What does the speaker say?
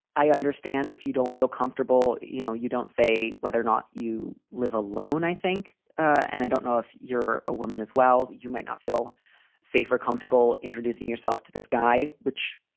i understand if you don't feel comfortable, you know, you don't say whether or not you live alone. i think and i don't know if you're a woman as well, you might not feel safe or comfortable introducing yourself to this guy, which,